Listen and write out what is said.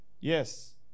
Yes